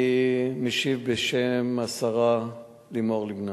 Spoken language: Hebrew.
אני משיב בשם השרה לימור לבנת: